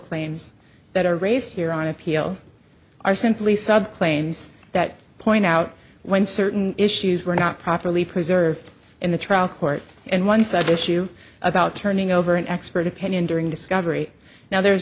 claims that are raised here on appeal are simply sub claims that point out when certain issues were not properly preserved in the trial court and one side issue about turning over an expert opinion during discovery now there is